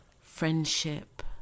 friendship